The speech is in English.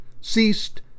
ceased